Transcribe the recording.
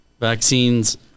vaccines